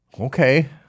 Okay